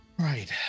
right